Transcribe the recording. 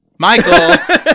Michael